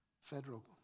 federal